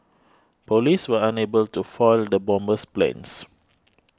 police were unable to foil the bomber's plans